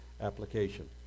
application